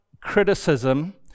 criticism